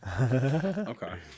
Okay